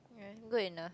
ya good enough